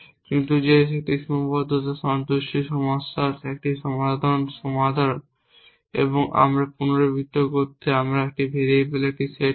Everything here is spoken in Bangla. কিন্তু যে একটি সীমাবদ্ধতা সন্তুষ্টি সমস্যার একটি সাধারণ ধারণা আবার পুনরাবৃত্তি করতে আমরা ভেরিয়েবলের একটি সেট আছে